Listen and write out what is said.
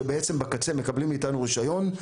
שבעצם בקצה מקבלים מאיתנו רישיון,